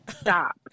stop